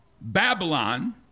Babylon